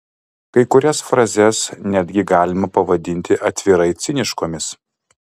kai kurias frazes netgi galima pavadinti atvirai ciniškomis